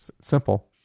simple